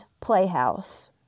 playhouse